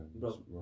Bro